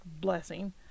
blessing